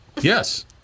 Yes